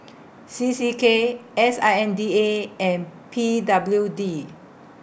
C C K S I N D A and P W D